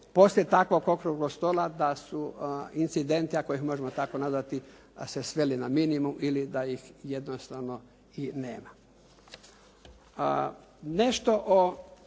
poslije takvog okruglog stola, da su incidenti, ako ih možemo tako nazvati se sveli na minimum ili da ih jednostavno i nema. Nešto o